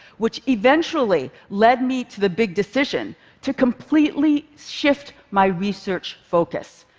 which eventually led me to the big decision to completely shift my research focus.